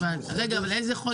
אבל איזה חודש אתם קיבלתם?